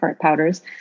powders